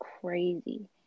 crazy